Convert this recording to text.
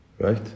Right